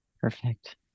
Perfect